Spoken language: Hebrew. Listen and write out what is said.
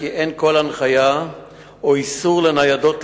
כי למרות בקשות להסדרת העניין,